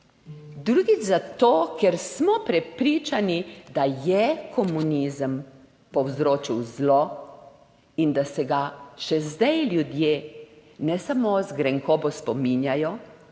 Drugič zato, ker smo prepričani, da je komunizem povzročil zlo in da se ga še zdaj ljudje ne samo z grenkobo spominjajo,